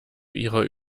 ihrer